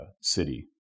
city